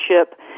ship